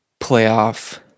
playoff